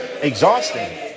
exhausting